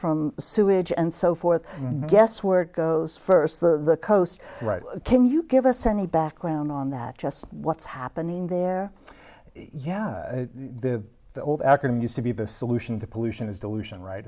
from sewage and so forth guess where it goes first the coast right can you give us any background on that just what's happening there yeah the old acronym used to be the solution to pollution is dilution right